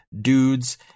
dudes